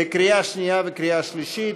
בקריאה שנייה וקריאה שלישית.